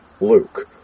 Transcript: Luke